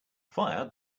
fire